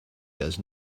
does